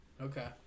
Okay